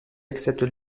accepte